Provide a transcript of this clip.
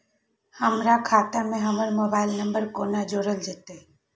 हमर खाता मे हमर मोबाइल नम्बर कोना जोरल जेतै?